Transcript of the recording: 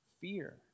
fear